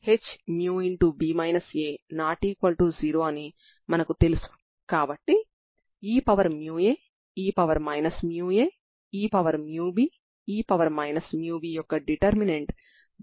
కాబట్టి మీరు సరిహద్దు నియమాలు ux0t0 ని వర్తింప చేయండి ఇక్కడ ux0t0 మొదటి సరిహద్దు నియమం అవుతుంది